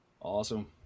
Awesome